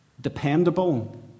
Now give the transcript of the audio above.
dependable